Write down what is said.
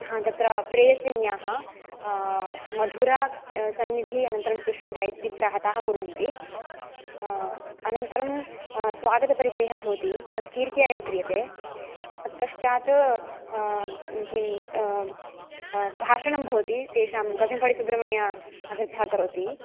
आम् तत्र प्रेयस्विन्याः मधुरा सन्निधि अनन्तरं सुष्मिता इति तिस्रः ताः कुर्वन्ति अनन्तरं स्वागतपरिचयः भवति तत् कीर्त्या एव क्रियते तत्पश्चात् किं भाषणं भवति तेषां कजम्पाडि सुब्रह्मण्य अग्रजः करोति